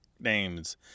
names